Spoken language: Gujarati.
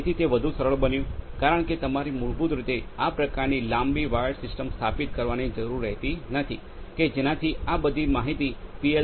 જેથી તે વધુ સરળ બન્યું કારણ કે તમારે મૂળભૂત રીતે આ પ્રકારની લાંબી વાયર્ડ સિસ્ટમ સ્થાપિત કરવાની જરૂર રહેતી નથી કે જેનાથી આ બધી માહિતી પી